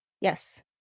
Yes